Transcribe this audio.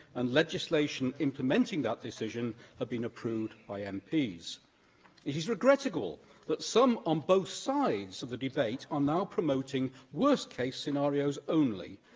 and legislation implementing that decision had been approved by um mps. it is regrettable that some on both sides of the debate are now promoting worse-case scenarios only,